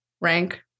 rank